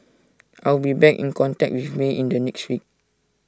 I will be back in contact with may in the next week